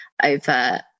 over